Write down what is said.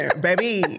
baby